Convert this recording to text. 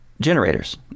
generators